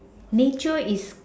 nature is